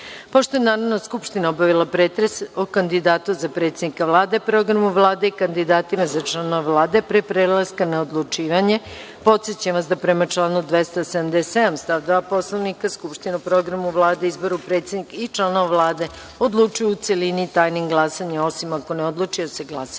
je Narodna skupština obavila pretres o kandidatu za predsednika Vlade, Programu Vlade i kandidatima za članove Vlade, a pre prelaska na odlučivanje, podsećam vas da, prema članu 270. stav 2. Poslovnika, Narodna skupština o Programu Vladu i izboru predsednika i članova Vlade odlučuje u celini, tajnim glasanjem, osim ako ne odluči da se glasa